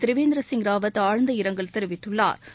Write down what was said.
திரிவேந்திர சிங் ராவத் ஆழ்ந்த இரங்கல் தெரிவித்துள்ளாா்